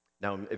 Now